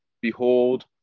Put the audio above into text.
behold